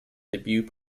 debut